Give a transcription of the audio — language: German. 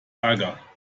ärger